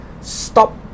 stop